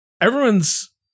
everyone's